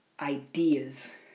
ideas